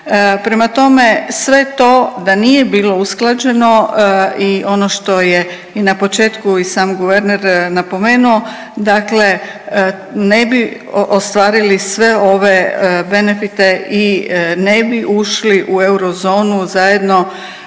Prema tome, sve to da nije bilo usklađeno i ono što je i na početku i sam guverner napomenuo, dakle ne bi ostvarili sve ove benefite i ne bi ušli u eurozonu zajedno